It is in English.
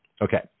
Okay